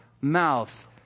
mouth